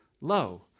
low